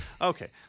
Okay